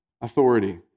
authority